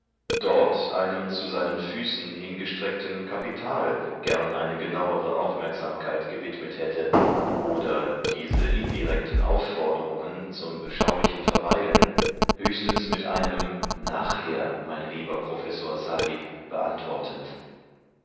dort einem zu seinen füßen hingestreckten kapital gern eine genauere aufmerksamkeit gewidmet hätte oder diese indirekten aufforderungen zum beschaulichen verweilen höchstens mit einem nachher mein lieber professor sahib beantwortend